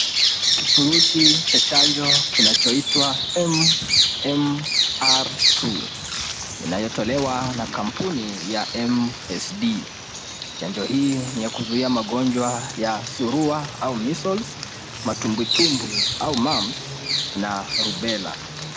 kifurushi cha chanjo kinachoitwa MMR2 inayotolewa na kampuni ya MSD chanjo hii ni ya kuzuia magonjwa ya surua au measles , matumbwitumbwi au mumps na rubella